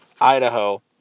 Idaho